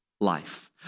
life